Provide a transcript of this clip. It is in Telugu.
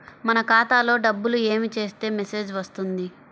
మన ఖాతాలో డబ్బులు ఏమి చేస్తే మెసేజ్ వస్తుంది?